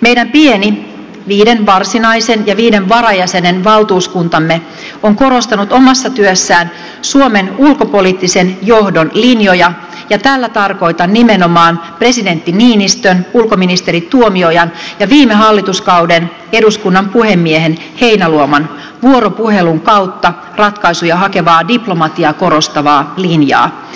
meidän pieni viiden varsinaisen ja viiden varajäsenen valtuuskuntamme on korostanut omassa työssään suomen ulkopoliittisen johdon linjoja ja tällä tarkoitan nimenomaan presidentti niinistön ulkoministeri tuomiojan ja viime hallituskauden eduskunnan puhemiehen heinäluoman vuoropuhelun kautta ratkaisuja hakevaa diplomatiaa korostavaa linjaa